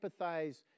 empathize